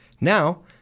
Now